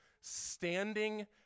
standing